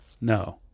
no